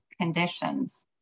conditions